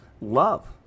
love